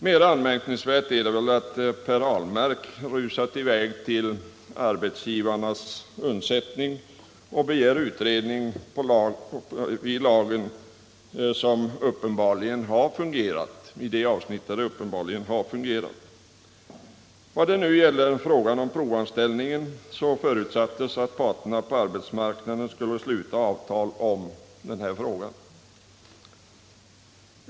Mera anmärkningsvärt är det att Per Ahlmark rusat i väg till arbetsgivarnas undsättning och begär utredning på områden där lagen uppenbarligen har fungerat. I vad gäller frågan om provanställningen förutsattes att parterna på arbetsmarknaden skulle sluta avtal om detta.